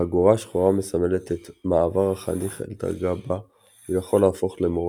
חגורה שחורה מסמלת את מעבר החניך אל דרגה בה הוא יכול להפוך למורה,